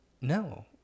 No